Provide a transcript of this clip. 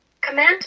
Command